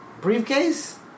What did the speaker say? briefcase